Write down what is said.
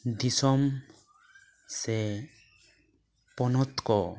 ᱫᱤᱥᱚᱢ ᱥᱮ ᱯᱚᱱᱚᱛ ᱠᱚ